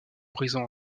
brisant